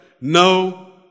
No